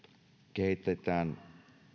kehitetään